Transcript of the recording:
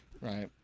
Right